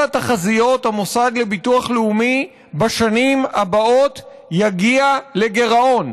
התחזיות המוסד לביטוח לאומי בשנים הבאות יגיע לגירעון.